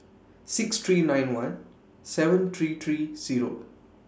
six three nine one seven three three Zero